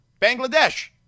bangladesh